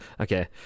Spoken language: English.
Okay